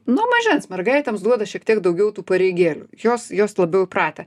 nuo mažens mergaitėms duoda šiek tiek daugiau tų pareigėlių jos jos labiau įpratę